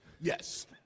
Yes